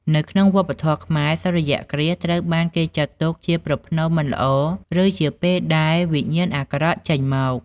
នៅក្នុងវប្បធម៌ខ្មែរ សូរ្យគ្រាសត្រូវបានគេចាត់ទុកជាប្រផ្នូលមិនល្អ ឬជាពេលដែល វិញ្ញាណអាក្រក់ ចេញមក ។